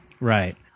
Right